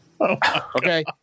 Okay